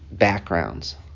backgrounds